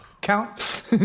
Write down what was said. count